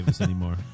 anymore